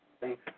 Thanks